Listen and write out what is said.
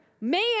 Man